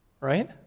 right